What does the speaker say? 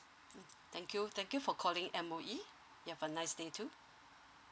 mm thank you thank you for calling M_O_E you have a nice day too